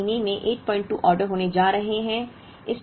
अब 12 महीनों में 82 ऑर्डर होने जा रहे हैं